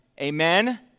Amen